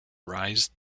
rise